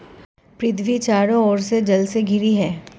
पृथ्वी चारों ओर से जल से घिरी है